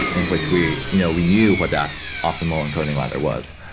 in which we you know we knew what that optimal encoding ladder was.